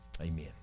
Amen